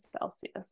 celsius